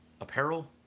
apparel